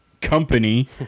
company